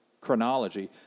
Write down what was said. chronology